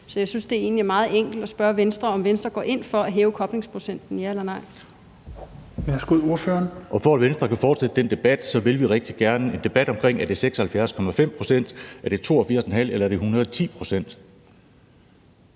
Så jeg synes egentlig, det er meget enkelt at spørge Venstre, om Venstre går ind for at hæve koblingsprocenten, ja eller nej?